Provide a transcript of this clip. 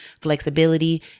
flexibility